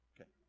Okay